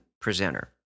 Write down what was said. presenter